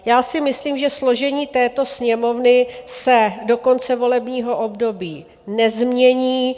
Já si myslím, že složení této Sněmovny se do konce volebního období nezmění.